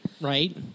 Right